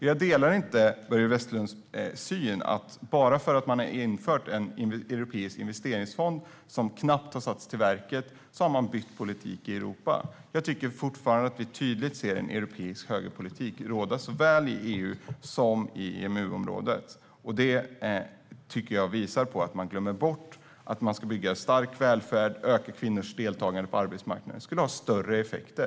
Jag delar inte Börje Vestlunds syn att bara därför att man har infört en europeisk investeringsfond som knappt har satts i sjön har man bytt politik i Europa. Jag tycker fortfarande att vi tydligt ser en europeisk högerpolitik råda såväl i EU som i EMU-området. Man glömmer bort att bygga en stark välfärd och öka kvinnors deltagande på arbetsmarknaden. Det skulle ha större effekter.